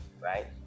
right